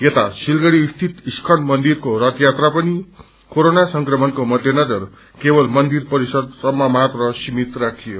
यता सिलगढ़ी स्थित इस्कन मन्दिरको रथ यात्रा पनि क्वेरोना संक्रमणको मध्यनजर केवल मन्दिर परिसरसम्म मात्र सीमित राखियो